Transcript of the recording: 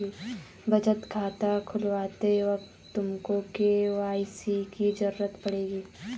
बचत खाता खुलवाते वक्त तुमको के.वाई.सी की ज़रूरत पड़ेगी